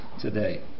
today